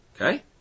Okay